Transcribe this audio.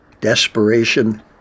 desperation